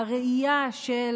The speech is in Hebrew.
הראייה של